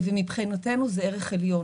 מבחינתנו זה ערך עליון.